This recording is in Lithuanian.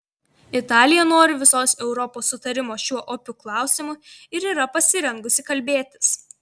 italija nori visos europos sutarimo šiuo opiu klausimu ir yra pasirengusi kalbėtis